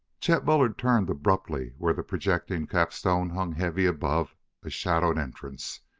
chet bullard turned abruptly where the projecting capstone hung heavy above a shadowed entrance.